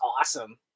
awesome